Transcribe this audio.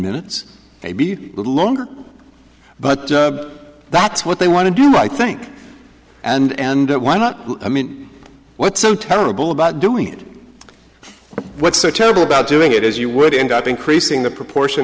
minutes maybe a little longer but that's what they want to do right i think and and why not i mean what's so terrible about doing it what's so terrible about doing it is you would end up increasing the proportion